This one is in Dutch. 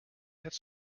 het